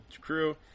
crew